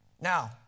Now